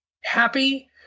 happy